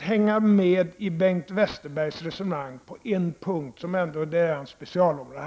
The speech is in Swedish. hänga med i Bengt Westerbergs resonemang på en punkt, som ändå gäller hans specialområde.